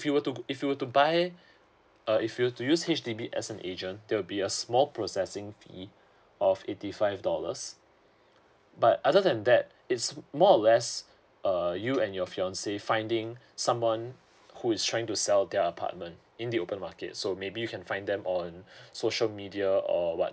if you were to if you were to buy uh if you were to use H_D_B as an agent there will be a small processing fee of eighty five dollars but other than that it's more more or less uh you and your fiancée finding someone who is trying to sell their apartment in the open market so maybe you can find them on social media or what